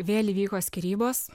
vėl įvyko skyrybos